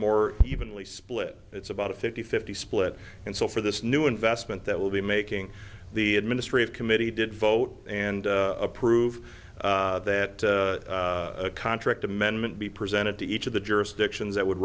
more evenly split it's about a fifty fifty split and so for this new investment that will be making the administrative committee did vote and approve that contract amendment be presented to each of the jurisdictions that would